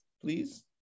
please